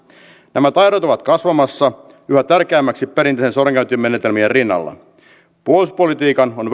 nämä taidot ovat kasvamassa yhä tärkeämmiksi perinteisten sodankäyntimenetelmien rinnalla puolustuspolitiikan on